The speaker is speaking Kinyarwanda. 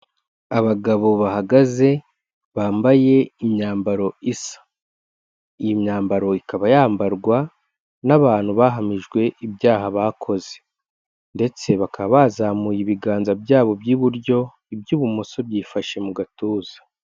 Abagabo bahagaze bambaye imyambaro isa, iyi myambaro ikaba yambarwa n'abantu bahamijwe ibyaha bakoze, ndetse bakaba bazamuye ibiganza byabo by'iburyo iby'ibumoso byifashe mu gatuza.